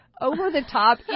Over-the-top